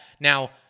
Now